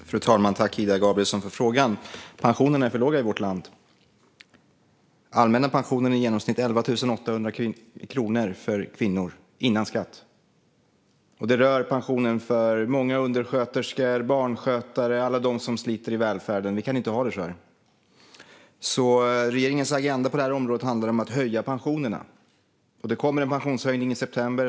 Fru talman! Tack för frågan, Ida Gabrielsson! Pensionerna är för låga i vårt land. Den allmänna pensionen är i genomsnitt 11 800 kronor för kvinnor, före skatt. Det rör pensionen för många undersköterskor, barnskötare och alla som sliter i välfärden. Vi kan inte ha det så här. Regeringens agenda på området handlar om att höja pensionerna. Det kommer en pensionshöjning i september.